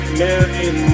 million